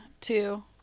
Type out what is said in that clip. two